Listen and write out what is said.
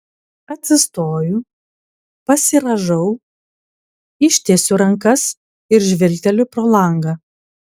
atsistoju pasirąžau ištiesiu rankas ir žvilgteliu pro langą